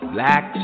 Black